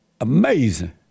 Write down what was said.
Amazing